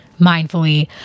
mindfully